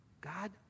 God